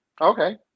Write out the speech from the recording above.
Okay